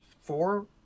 four